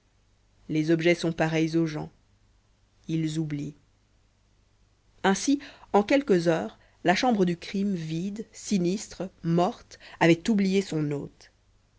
les objets sont pareils aux gens ils oublient ainsi en quelques heures la chambre du crime vide sinistre morte avait oublié son hôte